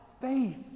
faith